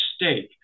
mistake